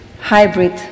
hybrid